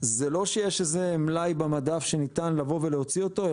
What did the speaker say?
זה לא שיש איזה מלאי במדף שניתן לבוא ולהוציא אותו.